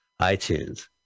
iTunes